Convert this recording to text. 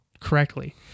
correctly